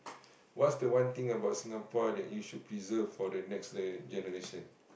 what's the one thing about Singapore that you should preserve for the next le~ generation